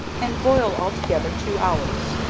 and boil all together two hours,